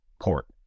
port